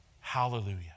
Hallelujah